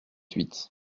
huit